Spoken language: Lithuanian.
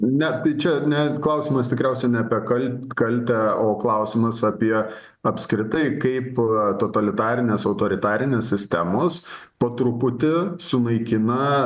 ne tai čia ne klausimas tikriausia ne apie kal kaltę o klausimas apie apskritai kaip totalitarinės autoritarinės sistemos po truputį sunaikina